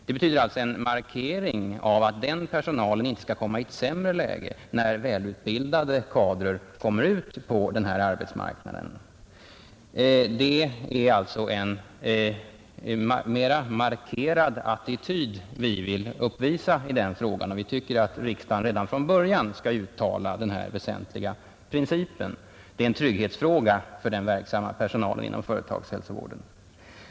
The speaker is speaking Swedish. Det betyder alltså en markering av att den personalen inte skall komma i ett sämre läge när välutbildade kadrer kommer ut på denna arbetsmarknad, Det är således en mera markerad attityd vi vill uppvisa i den frågan, och vi tycker att riksdagen redan från början skall uttala sig för denna princip. Det är en trygghetsfråga för den verksamma personalen inom företagshälsovården.